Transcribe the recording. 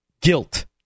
guilt